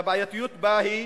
שהבעייתיות בה שהיא